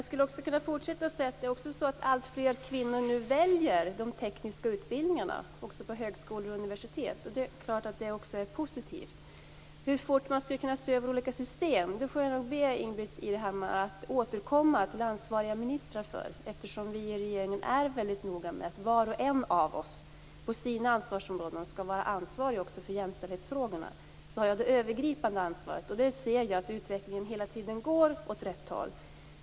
Herr talman! Det är också så att alltfler kvinnor nu väljer de tekniska utbildningarna på högskolor och universitet, vilket naturligtvis är positivt. När det gäller hur fort man kan se över olika system får jag nog be Ingbritt Irhammar att återkomma till ansvariga ministrar, eftersom vi i regeringen är väldigt noga med att var och en av oss på våra ansvarsområden skall vara ansvariga också för jämställdhetsfrågorna. Jag har det övergripande ansvaret och ser att utvecklingen hela tiden går åt rätt håll.